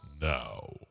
now